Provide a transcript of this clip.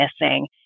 missing